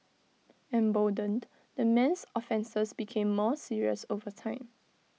emboldened the man's offences became more serious over time